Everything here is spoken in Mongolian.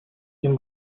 энэ